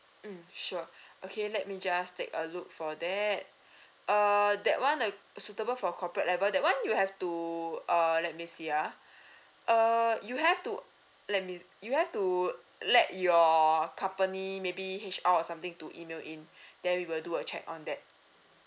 mm sure okay let me just take a look for that err that [one] the suitable for corporate level that [one] you have to uh let me see ah err you have to let me you have to let your company maybe H_R or something to email in then we will do a check on that